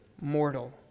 mortal